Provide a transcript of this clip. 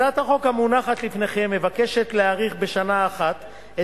הצעת החוק המונחת לפניכם מבקשת להאריך בשנה אחת את